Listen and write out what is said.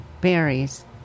berries